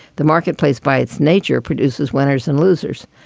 the marketplace, by its nature, produces winners and losers.